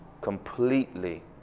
completely